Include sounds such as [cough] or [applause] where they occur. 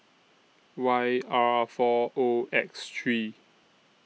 Y [noise] R four O X three